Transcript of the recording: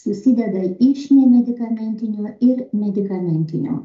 susideda iš nemedikamentinio ir medikamentinio